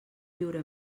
viure